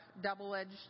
double-edged